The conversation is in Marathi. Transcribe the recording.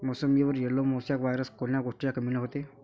मोसंबीवर येलो मोसॅक वायरस कोन्या गोष्टीच्या कमीनं होते?